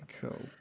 cool